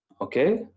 okay